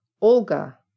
Olga